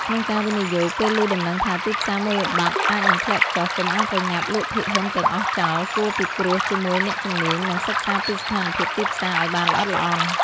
ក្នុងការវិនិយោគ ពេលឮដំណឹងថាទីផ្សារមូលបត្រអាចនឹងធ្លាក់ចុះ កុំអាលប្រញាប់លក់ភាគហ៊ុនទាំងអស់ចោល គួរពិគ្រោះជាមួយអ្នកជំនាញ និងសិក្សាពីស្ថានភាពទីផ្សារឲ្យបានល្អិតល្អន់។